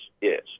Yes